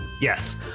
Yes